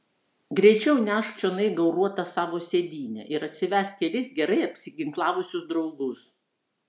greičiau nešk čionai gauruotą savo sėdynę ir atsivesk kelis gerai apsiginklavusius draugus